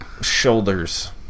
Shoulders